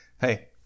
Hey